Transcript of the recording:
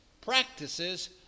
practices